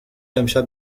امشب